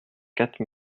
quatre